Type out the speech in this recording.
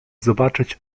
zobaczyć